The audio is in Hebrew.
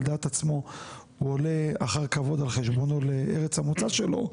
דעת עצמו והוא עולה אחר כבוד על חשבונו לארץ המוצא שלו,